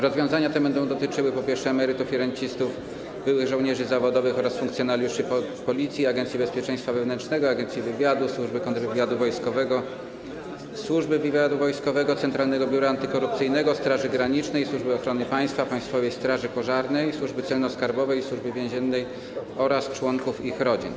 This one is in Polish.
Rozwiązania te będą dotyczyły emerytów i rencistów, byłych żołnierzy zawodowych oraz funkcjonariuszy Policji, Agencji Bezpieczeństwa Wewnętrznego, Agencji Wywiadu, Służby Kontrwywiadu Wojskowego, Służby Wywiadu Wojskowego, Centralnego Biura Antykorupcyjnego, Straży Granicznej, Służby Ochrony Państwa, Państwowej Straży Pożarnej, Służby Celno-Skarbowej, Służby Więziennej oraz członków ich rodzin.